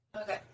Okay